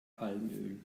palmöl